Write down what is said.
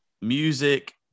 music